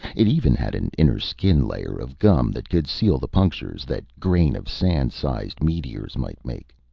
it even had an inter-skin layer of gum that could seal the punctures that grain-of-sand-sized meteors might make.